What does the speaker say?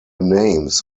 names